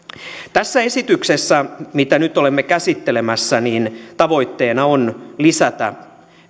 tässä esityksessä mitä nyt olemme käsittelemässä tavoitteena on lisätä